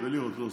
בלירות, סליחה.